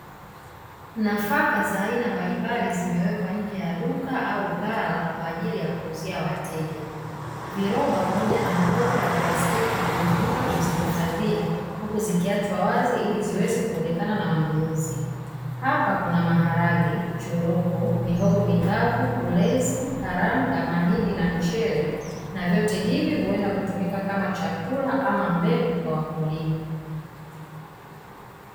Nafaka za aina mbalimbali zimewekwa nje ya duka au ghala kwa ajili ya kuuzia wateja. Viroba pamoja na makopo ya plastiki vimetumika kuzihifadhia, huku zikiachwa wazi ili ziweze kuonekana na wanunuzi. Hapa kuna maharage, choroko, mihogo mikavu, ulezi, karanga, mahindi na mchele, na vyote hivi huenda kutumika kama chakula ama mbegu kwa wakulima.